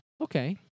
okay